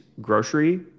grocery